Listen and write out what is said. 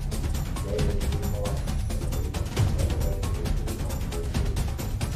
jei jiems reikia lapų o ne vaisių gali leisti vaismedžiui augti laisvai